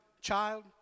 child